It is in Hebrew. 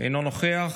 אינו נוכח.